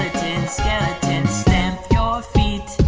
skeleton stamp your feet.